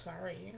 sorry